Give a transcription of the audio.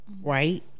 right